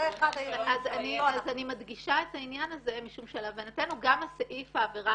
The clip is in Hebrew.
--- אז אני מדגישה את העניין הזה משום שלהבנתנו גם סעיף העבירה